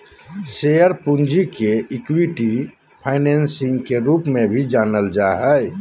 share पूंजी के equity financing के रूप में भी जानल जा हइ